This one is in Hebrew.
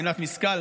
מנת משכל,